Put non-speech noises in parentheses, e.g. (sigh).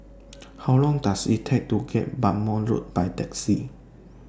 (noise) How Long Does IT Take to get Bhamo Road By Taxi